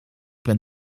ben